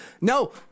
No